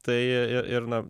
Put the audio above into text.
tai ir ir na